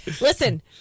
Listen